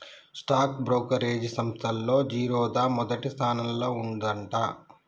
stock brokerage సంస్తల్లో జిరోదా మొదటి స్థానంలో ఉందంట